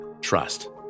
Trust